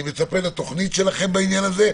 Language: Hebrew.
אני מצפה לתוכנית שלכם בעניין הזה,